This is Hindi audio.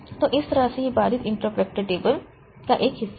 तो इस तरह से यह बाधित इंटरपट वेक्टर टेबल का एक हिस्सा है